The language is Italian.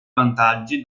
vantaggi